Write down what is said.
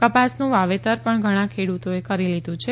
કપાસનું વાવેતર પણ ઘણા ખેડૂતોએ કરી લીધું છે